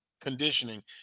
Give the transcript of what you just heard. conditioning